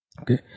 okay